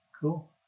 Cool